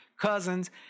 cousins